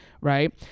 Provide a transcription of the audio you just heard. Right